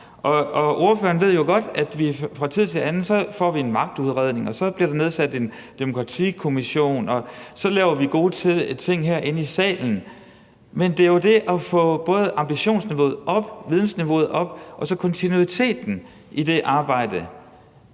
Ordføreren ved jo godt, at vi fra tid til anden får en magtudredning, og så bliver der nedsat en demokratikommission, og så laver vi gode ting herinde i salen. Men det handler jo om at få både ambitionsniveauet og vidensniveauet op og så at have en kontinuitet i det arbejde.